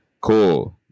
Cool